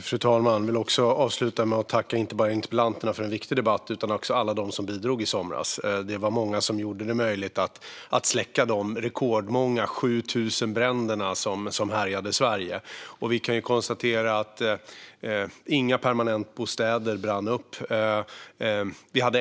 Fru talman! Jag vill också avsluta med att tacka inte bara interpellanterna för en viktig debatt utan också alla dem som bidrog i somras. Det var många som gjorde det möjligt att släcka de rekordmånga bränder, 7 000 stycken, som härjade i Sverige. Vi kan konstatera att inga permanentbostäder brann upp.